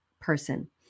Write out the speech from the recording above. person